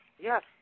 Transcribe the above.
Yes